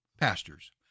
pastors